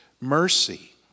Mercy